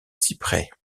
cyprès